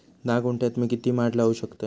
धा गुंठयात मी किती माड लावू शकतय?